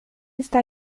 está